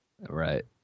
Right